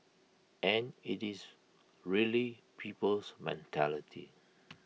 and IT is really people's mentality